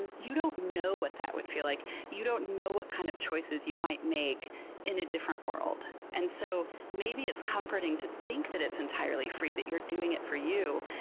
and you don't know what that would feel like. you don't know what kind of choices you might make in a different world. and so maybe it's comforting to think that it's entirely free, that you're doing it for you.